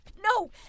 No